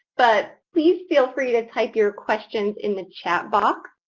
but please feel free to type your questions in the chat box,